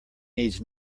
needs